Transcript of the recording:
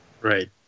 right